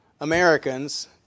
Americans